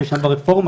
שיש ברפורמה,